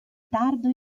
tardo